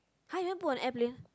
!huh! you no put at airplane